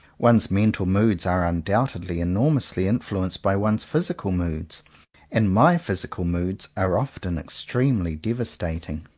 one's mental moods are undoubtedly enormously influenced by one's physical moods and my physical moods are often extremely devastating.